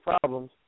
problems